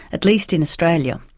at least in australia.